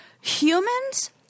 humans